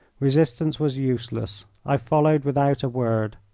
resistance was useless. i followed without a word.